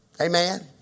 Amen